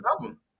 album